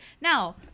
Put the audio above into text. Now